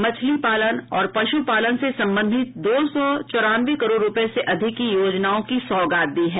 मछली पालन और पशुपालन से सम्बधित दो सौ चौरानवे करोड़ रूपये से अधिक की योजनाओं की सौगात दी है